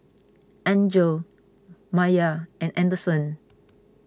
Enzo Meyer and anderson